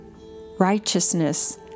Righteousness